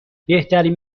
بهترین